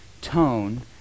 tone